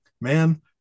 man